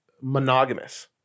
monogamous –